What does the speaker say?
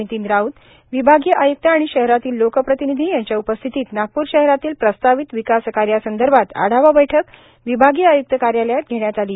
नितीन राऊत विभागीय आय्क्त आणि शहरातील लोकप्रतिनिधी यांच्या उपस्थितीत नागपूर शहरातील प्रस्तावित विकास कार्यासंदर्भात आढावा बैठक विभागीय आय्क्त कार्यालयात घेण्यात आली